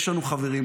יש לנו חברים,